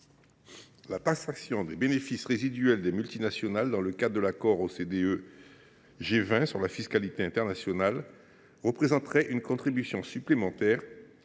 La taxation des bénéfices résiduels des multinationales dans le cadre de l’accord OCDE G20 sur la fiscalité internationale représenterait une contribution supplémentaire